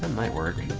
might work